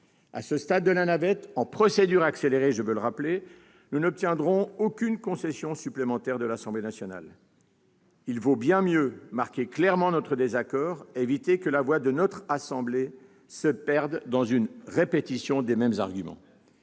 À ce stade de la navette, après engagement de la procédure accélérée, je le rappelle, nous n'obtiendrons aucune concession supplémentaire de l'Assemblée nationale. Il vaut bien mieux marquer clairement notre désaccord et éviter que la voix de notre assemblée se perde dans la répétition des mêmes arguments.